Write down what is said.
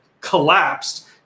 collapsed